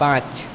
পাঁচ